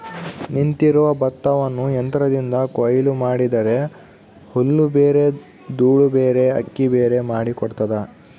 ನಿಂತಿರುವ ಭತ್ತವನ್ನು ಯಂತ್ರದಿಂದ ಕೊಯ್ಲು ಮಾಡಿದರೆ ಹುಲ್ಲುಬೇರೆ ದೂಳುಬೇರೆ ಅಕ್ಕಿಬೇರೆ ಮಾಡಿ ಕೊಡ್ತದ